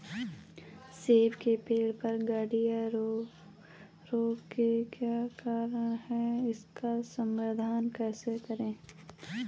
सेब के पेड़ पर गढ़िया रोग के क्या कारण हैं इसका समाधान कैसे करें?